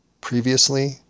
previously